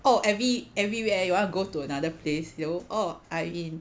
oh every everywhere you wanna go to another place yo~ oh I in